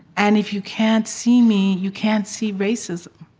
and if you can't see me, you can't see racism.